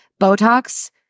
Botox